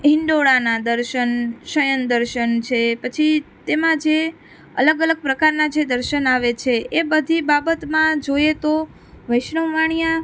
હિંડોળાનાં દર્શન શયન દર્શન છે પછી તેમાં જે અલગ અલગ પ્રકારનાં જે દર્શન આવે છે એ બધી બાબતમાં જોઈએ તો વૈષ્ણવ વાણિયા